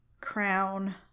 crown